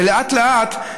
ולאט-לאט,